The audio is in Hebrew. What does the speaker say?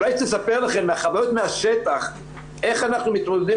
אולי היא תספר לכם מהחוויות מהשטח איך אנחנו מתמודדים